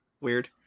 Weird